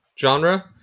genre